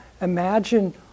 imagine